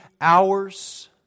hours